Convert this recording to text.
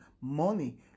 money